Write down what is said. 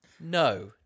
no